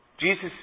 Jesus